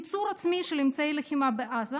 ייצור עצמי של אמצעי לחימה בעזה,